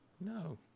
No